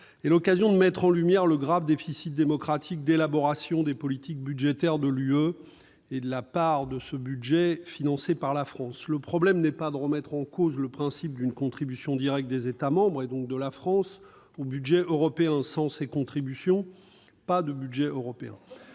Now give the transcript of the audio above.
est l'occasion de mettre en lumière le grave déficit démocratique de l'élaboration des politiques budgétaires de l'Union européenne et la part de ce budget financée par la France. Le sujet n'est pas de remettre en cause le principe d'une contribution directe des États membres, et donc de la France, au budget européen. Sans ces contributions, pas de budget européen